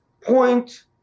point